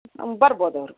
ಆಂ ಬರ್ಬೋದು ಅವ್ರು